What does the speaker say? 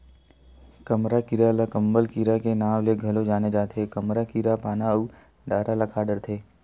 कमरा कीरा ल कंबल कीरा के नांव ले घलो जाने जाथे, कमरा कीरा पाना अउ डारा ल खा डरथे